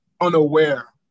unaware